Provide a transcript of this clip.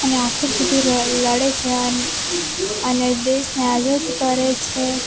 અને આખિર સુધી લડે છે અને અને દેશને આઝાદ કરે છે